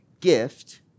gift